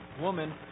Woman